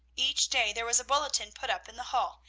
each day there was a bulletin put up in the hall,